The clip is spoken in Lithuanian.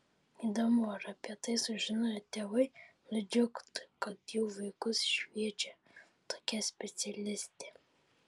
įdomu ar apie tai sužinoję tėvai nudžiugtų kad jų vaikus šviečia tokia specialistė